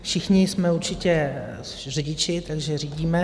Všichni jsme určitě řidiči, takže řídíme.